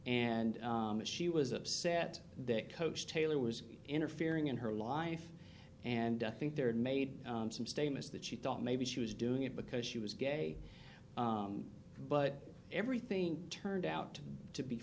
and she was upset that coach taylor was interfering in her life and think there and made some statements that she thought maybe she was doing it because she was gay but everything turned out to be